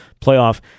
playoff